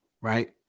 right